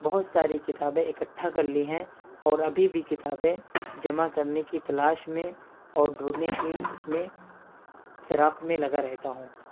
بہت ساری کتابیں اکٹھا کر لی ہیں اور ابھی بھی کتابیں جمع کرنے کی تلاش میں اور ڈھونڈنے کی اس میں فراق میں لگا رہتا ہوں